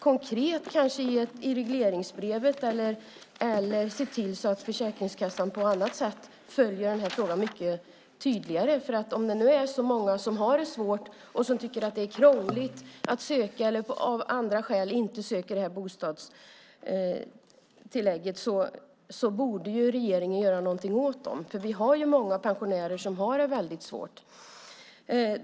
Konkret bör man kanske göra det i regleringsbrevet eller se till att Försäkringskassan på annat sätt följer den här frågan mycket tydligare. Om det nu är så många som har det svårt och som tycker att det är krångligt att söka eller av andra skäl inte söker det här bostadstillägget borde regeringen göra något åt detta. Vi har ju många pensionärer som har det väldigt svårt.